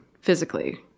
physically